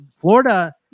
Florida